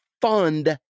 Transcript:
fund